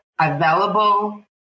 available